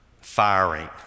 firing